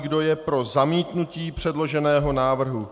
Kdo je pro zamítnutí předloženého návrhu?